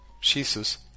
Jesus